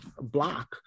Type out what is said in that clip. block